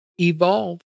evolve